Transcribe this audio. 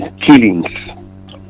killings